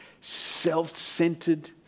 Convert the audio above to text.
self-centered